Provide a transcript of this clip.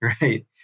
right